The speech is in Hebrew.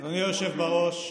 אדוני היושב בראש,